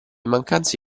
mancanze